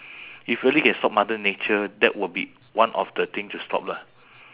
if really can stop mother nature that will be one of the thing to stop lah